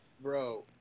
Bro